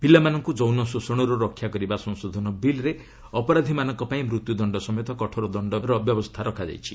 ପିଲାମାନଙ୍କୁ ଯୌନ ଶୋଷଣରୁ ରକ୍ଷା କରିବା ସଂଶୋଧନ ବିଲ୍ରେ ଅପରାଧିମାନଙ୍କ ପାଇଁ ମୃତ୍ୟୁଦଶ୍ଡ ସମେତ କଠୋର ଦଶ୍ଚବିଧାନର ବ୍ୟବସ୍ଥା ରହିଛି